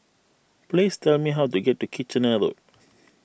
please tell me how to get to Kitchener Road